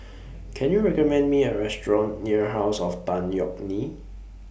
Can YOU recommend Me A Restaurant near House of Tan Yeok Nee